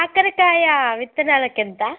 కాకరకాయ విత్తనాలకి ఎంత